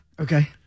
Okay